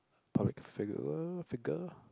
public figure figure